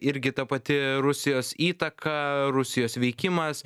irgi ta pati rusijos įtaka rusijos veikimas